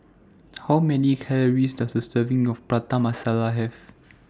How Many Calories Does A Serving of Prata Masala Have